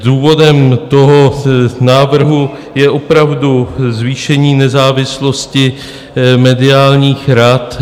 Důvodem toho návrhu je opravdu zvýšení nezávislosti mediálních rad.